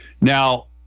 Now